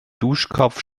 duschkopf